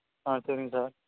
ஆ சரிங்க சார்